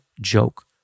joke